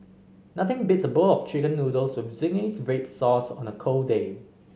nothing beats a bowl of Chicken Noodles with zingy red sauce on a cold day